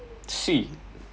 swee